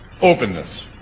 openness